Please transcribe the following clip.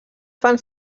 fan